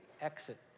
exit